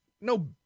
no